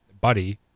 buddy